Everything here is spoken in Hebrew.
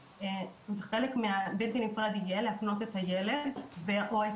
חלק בלתי נפרד יהיה להפנות את הילד או את